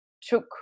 took